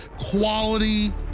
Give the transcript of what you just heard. quality